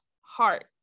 heart